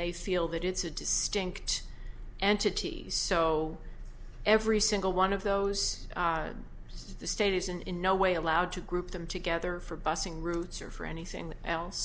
may feel that it's a distinct entity so every single one of those the state is in in no way allowed to group them together for busing routes or for anything else